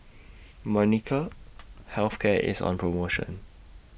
Molnylcke Health Care IS on promotion